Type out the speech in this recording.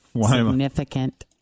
Significant